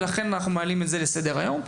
ולכן אנחנו מעלים את זה על סדר היום.